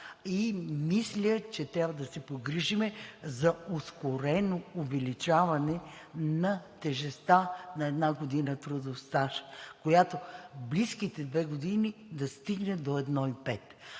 Мисля, че трябва да се погрижим за ускорено увеличаване на тежестта на една година трудов стаж, която в близките две години да стигне до 1,5.